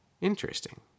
Interesting